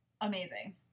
amazing